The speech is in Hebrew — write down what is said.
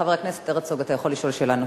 חבר הכנסת הרצוג, אתה יכול לשאול שאלה נוספת.